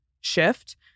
shift